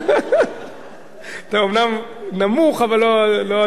אתה אומנם נמוך, אבל לא עד כדי כך.